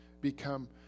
become